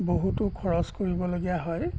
বহুতো খৰচ কৰিবলগীয়া হয়